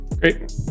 Great